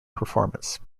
performance